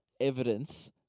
evidence